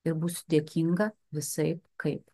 ir būsiu dėkinga visaip kaip